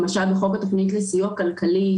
למשל בחוק התוכנית לסיוע כלכלי,